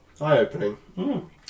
eye-opening